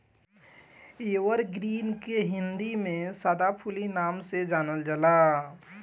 evergreen के हिंदी में सदाफुली नाम से जानल जाला